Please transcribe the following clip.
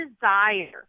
desire